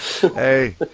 Hey